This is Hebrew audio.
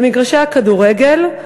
במגרשי הכדורגל,